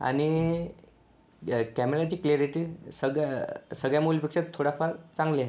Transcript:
आणि कॅमेराची क्लिॲरिटी सगळ्या सगळ्या मोबाईलपेक्षा थोडाफार चांगली आहे